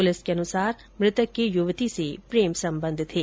police के अनुसार मृतक के युवती से प्रेम संबंध थे